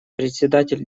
председатель